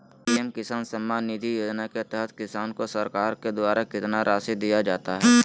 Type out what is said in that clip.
PM Kisan Samman Nidhi योजना के तहत किसान को सरकार के द्वारा कितना रासि दिया जाता है?